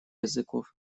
языков